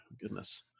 goodness